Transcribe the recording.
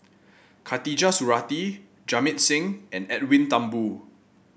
Khatijah Surattee Jamit Singh and Edwin Thumboo